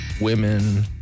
women